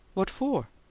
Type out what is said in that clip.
what for?